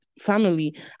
family